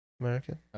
American